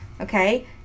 Okay